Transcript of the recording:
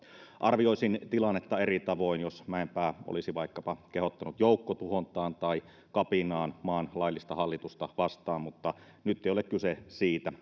arvioisin tilannetta eri tavoin jos mäenpää olisi vaikkapa kehottanut joukkotuhontaan tai kapinaan maan laillista hallitusta vastaan mutta nyt ei ole kyse siitä